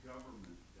government